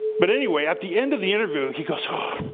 but anyway, at the end of the interview, he goes, oh,